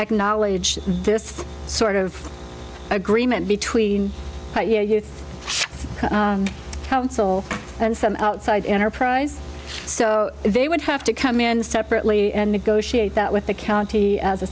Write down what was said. acknowledge this sort of agreement between council and some outside enterprise so they would have to come in separately and negotiate that with the county